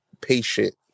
patient